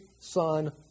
Son